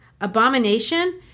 Abomination